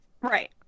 Right